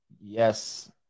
Yes